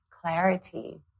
clarity